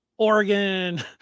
Oregon